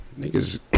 niggas –